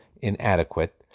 inadequate